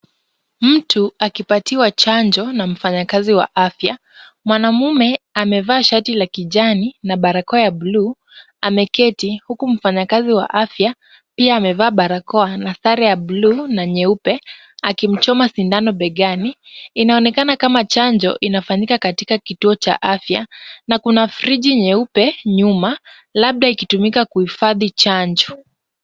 Mtu akipatiwa chanjo na mfanyakazi wa afya. Mwanamume amevalia shati la kijani na barakoa ya bluu, ameketi huku mfanyakazi wa afya pia amevaa barakoa ya bluu na sare nyeupe, akimchoma sindano begani. Inaonekana kama chanjo inayofanyika katika kituo cha afya na kuna friji nyeupe nyuma labda ikitumika kuhifadhi chanjo.